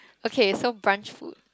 okay so brunch food